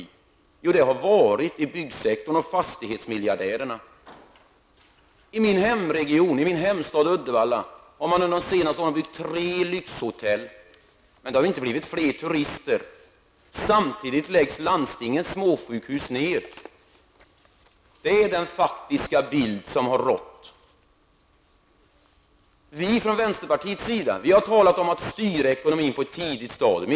Jo, vi vet alla att det har varit inom byggsektorn och när det gäller fastighetsmiljardärerna. I min hemstad Uddevalla har man under de senaste åren byggt tre lyxhotell, men turisterna har inte blivit fler. Samtidigt läggs landstingets småsjukhus ner. Så har det sett ut. Vi i vänsterpartiet har talat om att styra ekonomin på ett tidigt stadium.